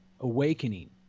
Awakening